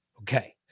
Okay